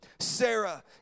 Sarah